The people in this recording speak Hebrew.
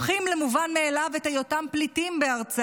הופכים למובן מאליו את היותם פליטים בארצם